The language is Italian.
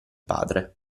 padre